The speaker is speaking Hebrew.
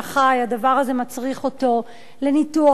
הדבר הזה מצריך אותו לניתוח קשה,